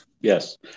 Yes